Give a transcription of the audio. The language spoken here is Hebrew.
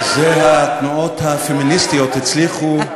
בזה התנועות הפמיניסטיות הצליחו.